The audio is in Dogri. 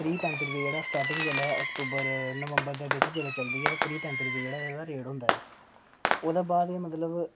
त्रीह् पैंत्ती रपेऽ स्टार्टिंग अक्तूबर नंवबर बिच जेल्लै चलदी ऐ ते त्रीह् पैंत्ती रपेऽ एह्दा रेट होंदा ऐ ओह्दे बाद एह् मतलब